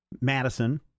Madison